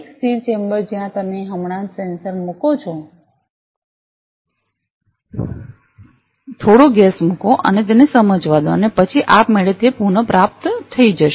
એક સ્થિર ચેમ્બર જ્યાં તમે હમણાં જ સેન્સર મુકો છો થોડો ગેસ મૂકો અને તેને સમજવા દો અને પછી આપમેળે તે પુનપ્રાપ્ત થઈ જશે